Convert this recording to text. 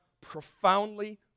profoundly